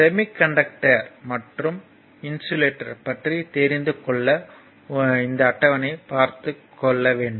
semiconductor மற்றும் insulator பற்றி தெரிந்துக் கொள்ள இந்த அட்டவணையைப் பார்த்துக் கொள்ளவும்